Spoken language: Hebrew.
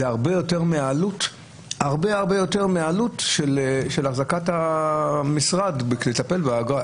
זה הרבה הרבה יותר מהעלות של החזקת המשרד לטיפול באגרה.